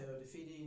defeating